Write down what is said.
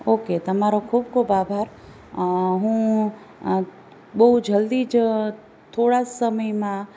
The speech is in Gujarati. ઓકે તમારો ખૂબ ખૂબ આભાર હું બહુ જલ્દી જ થોડા સમયમાં